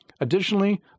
Additionally